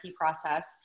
process